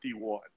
51